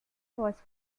was